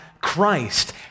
Christ